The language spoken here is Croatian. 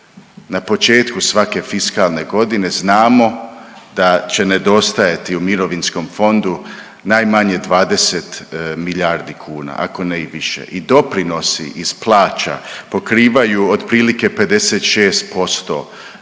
na početku svake fiskalne godine znamo da će nedostajati u mirovinskom fondu najmanje 20 milijardi kuna ako ne i više i doprinosi iz plaća pokrivaju otprilike 56%